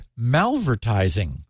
malvertising